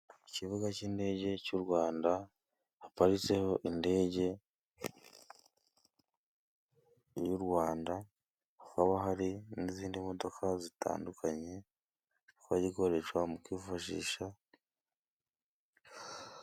Ku kibuga cy'indege cy'u Rwanda haparitseho indege y'u Rwanda haba hari n'izindi modoka zitandukanye twagikoreshwa mu kwifashisha.